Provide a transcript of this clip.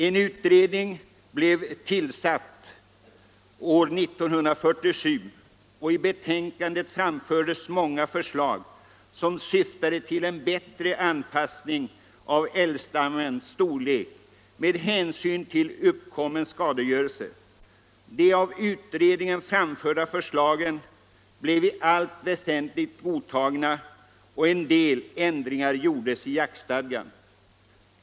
År 1947 blev utredningen klar och redovisade i sitt betänkande många förslag som syftade till en bättre anpassning av älgstammens storlek med hänsyn till uppkommen skadegörelse. Utredningens förslag blev sedan i allt väsentligt godtagna och en del ändringar gjordes i jaktstadgan.